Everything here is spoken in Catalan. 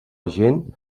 gent